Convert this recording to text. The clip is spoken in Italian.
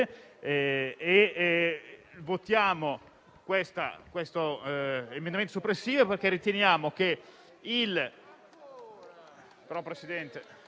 votare questo emendamento soppressivo, perché riteniamo che...